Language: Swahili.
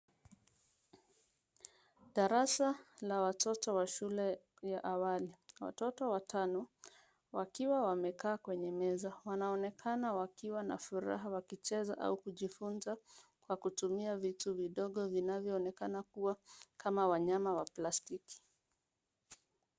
Darasa la watoto wa shule ya awali. Watoto watano wakiwa wamekaa kwenye meza. Wanaonekana wakiwa na furaha wakicheza au kujifunza kwa kutumia vitu vidogo vinavyoonekana kuwa kama wanyama wa plastiki.